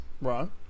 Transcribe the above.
Right